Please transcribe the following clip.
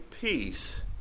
peace